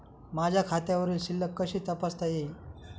माझ्या खात्यावरील शिल्लक कशी तपासता येईल?